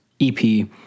EP